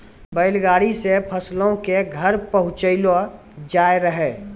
बैल गाड़ी से फसलो के घर पहुँचैलो जाय रहै